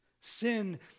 Sin